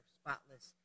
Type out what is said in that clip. spotless